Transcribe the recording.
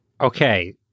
Okay